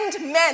men